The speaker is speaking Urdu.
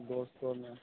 دوستوں میں